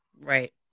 Right